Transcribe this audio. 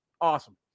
Awesome